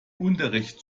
unterricht